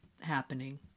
happening